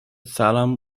salem